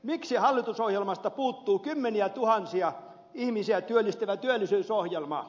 miksi hallitusohjelmasta puuttuu kymmeniätuhansia ihmisiä työllistävä työllisyysohjelma